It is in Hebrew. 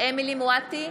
אמילי חיה מואטי,